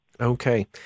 Okay